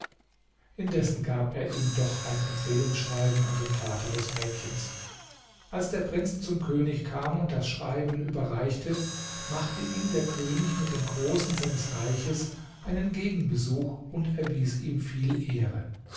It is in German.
indessen gab er ihm doch ein empfehlungsschreiben an den vater des mädchens als der prinz zum könig kam und das schreiben überreichte machte ihm der könig mit den großen seines reichs einen gegenbesuch und erwies ihm viel ehre